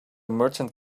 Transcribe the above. merchant